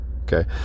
Okay